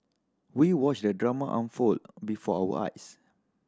we watched the drama unfold before our eyes